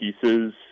pieces